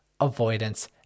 avoidance